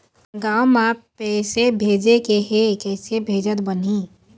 गांव म पैसे भेजेके हे, किसे भेजत बनाहि?